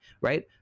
right